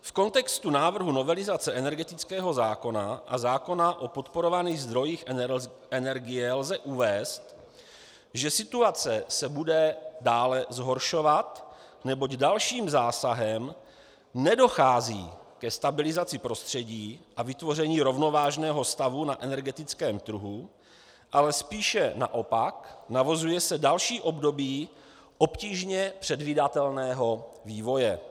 V kontextu návrhu novelizace energetického zákona a zákona o podporovaných zdrojích energie lze uvést, že situace se bude dále zhoršovat, neboť dalším zásahem nedochází ke stabilizaci prostředí a vytvoření rovnovážného stavu na energetickém trhu, ale spíše naopak, navozuje se další období obtížně předvídatelného vývoje.